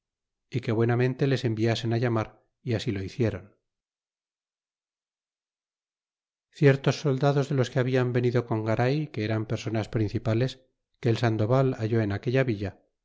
y que buenamente les enviasen á llamar e así lo hicieron y ciertos soldados de los que habian venido con garay que eran personas principales que el sandoval halló en aquella villa